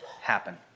happen